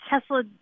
tesla